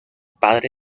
padre